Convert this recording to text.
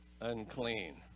unclean